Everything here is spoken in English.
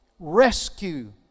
Rescue